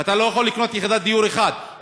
ואתה לא יכול לקנות יחידת דיור אחת.